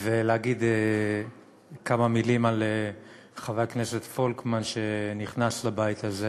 ולהגיד כמה מילים על חבר הכנסת פולקמן שנכנס לבית הזה.